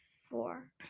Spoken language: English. Four